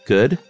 Good